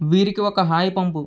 వీరికి ఒక హాయ్ పంపు